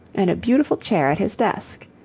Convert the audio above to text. and a beautiful chair at his desk.